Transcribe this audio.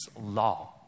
law